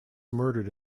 murdered